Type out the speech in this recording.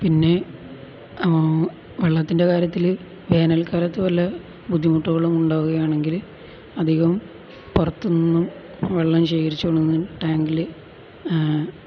പിന്നെ ആ വെള്ളത്തിൻ്റെ കാര്യത്തില് വേനൽക്കാലത്തു വല്ല ബുദ്ധിമുട്ടുകളും ഉണ്ടാവുകയാണെങ്കില് അധികം പുറത്തു നിന്നും വെള്ളം ശേഖരിച്ചുകൊണ്ടുവന്ന് ടാങ്കില്